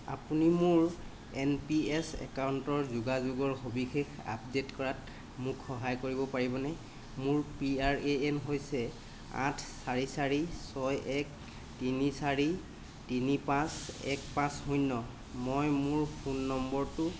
আপুনি মোৰ N P S একাউণ্টৰ যোগাযোগৰ সবিশেষ আপডে'ট কৰাত মোক সহায় কৰিব পাৰিবনে মোৰ পি আৰ এ এন হৈছে আঠ চাৰি চাৰি ছয় এক তিনি চাৰি তিনি পাঁচ এক পাঁচ শূন্য মই মোৰ ফোন নম্বৰটো